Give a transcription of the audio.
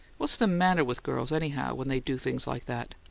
what's the matter with girls, anyhow, when they do things like that?